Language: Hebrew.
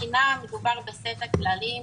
תקינה היא סט הכללים,